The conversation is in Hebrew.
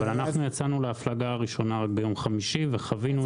אבל אנחנו יצאנו להפלגה הראשונה רק ביום חמישי וחווינו את זה.